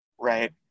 Right